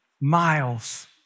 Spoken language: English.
miles